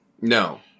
No